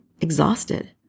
exhausted